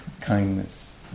kindness